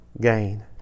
gain